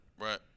Right